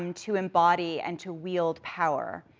um to embody, and to wield power,